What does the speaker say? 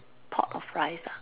pot of rice ah